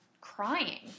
crying